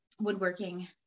woodworking